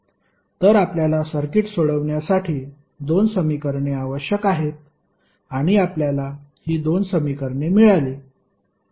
तर आपल्याला सर्किट सोडविण्यासाठी दोन समीकरणे आवश्यक आहेत आणि आपल्याला ही दोन समीकरणे मिळाली